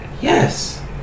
Yes